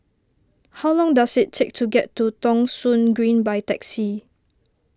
how long does it take to get to Thong Soon Green by taxi